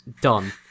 Done